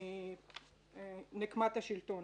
מנקמת השלטון,